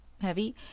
heavy